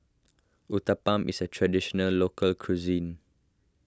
Uthapam is a Traditional Local Cuisine